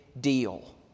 deal